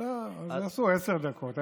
אז יעשו עשר דקות.